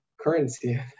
currency